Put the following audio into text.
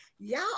Y'all